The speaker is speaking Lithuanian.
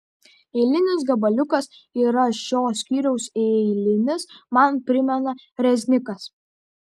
eilinis gabaliukas yra šio skyriaus eilinis man primena reznikas